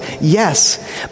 yes